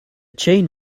chain